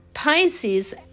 Pisces